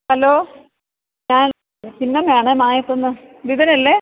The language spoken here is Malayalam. ഹലോ ഞാൻ ചിന്നമ്മയാണ് മായത്ത്ന്ന് ബിബിനല്ലേ